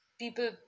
people